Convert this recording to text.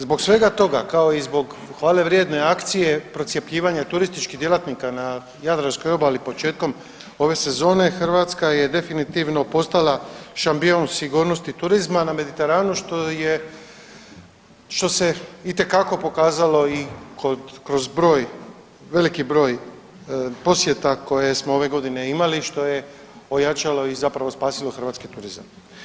Zbog svega toga, kao i zbog hvale vrijedne akcije procjepljivanje turističkih djelatnika na Jadranskoj obali početkom ove sezone Hrvatska je definitivno postala šampion sigurnosti turizma na Mediteranu, što se itekako pokazalo i kroz broj, veliki broj posjeta koje smo ove godine imali, što je ojačalo i zapravo spasilo hrvatski turizam.